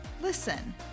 listen